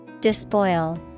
Despoil